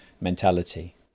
mentality